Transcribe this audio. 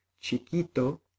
chiquito